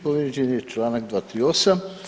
Povrijeđen je članak 238.